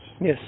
Yes